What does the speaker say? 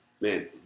man